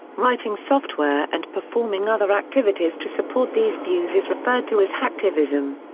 writing software and performing other activities to support these views is referred to as hacktivism.